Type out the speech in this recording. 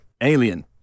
alien